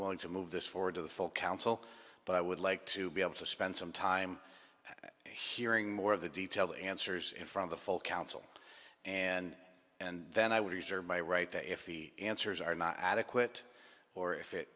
willing to move this forward to the full council but i would like to be able to spend some time hearing more of the detail answers in from the full council and and then i would reserve my right to if the answers are not adequate or if it